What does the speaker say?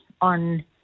on